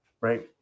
right